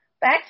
Back